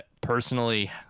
personally